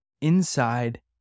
inside